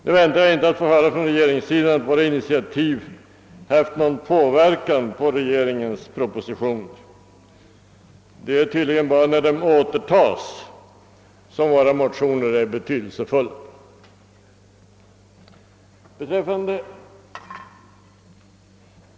Jag väntar mig emellertid inte att från regeringens sida få höra att våra initiativ haft någon inverkan på regeringens proposition; det är tydligen bara när en proposition återtas som våra motioner är betydelsefulla.